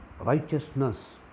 Righteousness